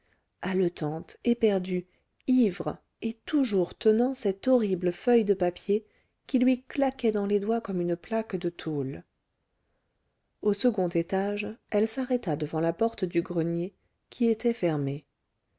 haletante éperdue ivre et toujours tenant cette horrible feuille de papier qui lui claquait dans les doigts comme une plaque de tôle au second étage elle s'arrêta devant la porte du grenier qui était fermée